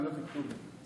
ולא טיפלו בזה.